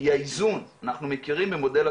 אבל אנחנו צריכים להיות